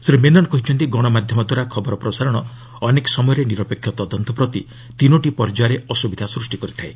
ଶ୍ରୀ ମେନନ୍ କହିଛନ୍ତି ଗଣମାଧ୍ୟମଦ୍ୱାରା ଖବର ପ୍ରସାରଣ ଅନେକ ସମୟରେ ନିରପେକ୍ଷ ତଦନ୍ତ ପ୍ରତି ତିନୋଟି ପର୍ଯ୍ୟାୟରେ ଅସୁବିଧା ସୃଷ୍ଟି କରିଥାଏ